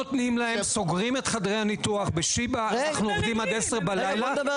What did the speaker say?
לא נותנים להם לעבוד אחר הצוהריים.